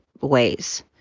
ways